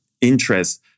interest